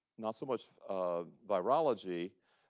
not so much of virology,